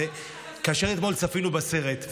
כאשר אתמול צפינו בסרט,